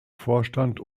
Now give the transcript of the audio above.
vorstand